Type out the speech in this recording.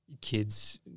kids